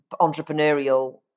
entrepreneurial